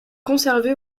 conservée